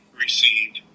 received